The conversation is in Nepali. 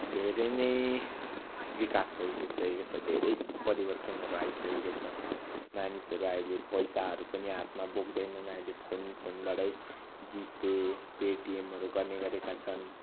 धेरै नै विकास भइसकेको छ धेरै परिवर्तनहरू आइसकेको छ मानिसहरू अहिले पैसाहरू पनि हातमा बोक्दैनन् अहिले फोन फोनबाटै जिपे पेटिएमहरू गर्ने गरेका छन्